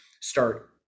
start